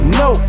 no